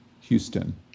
Houston